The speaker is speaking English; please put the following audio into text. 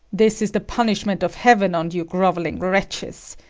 this is the punishment of heaven on you grovelling wretches.